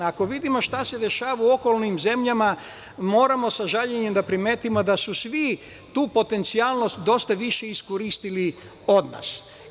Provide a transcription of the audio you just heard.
Ako vidimo što se dešava u okolnim zemljama moramo sa žaljenjem da primetimo da su svi tu potencijalnost dosta više iskoristili od nas.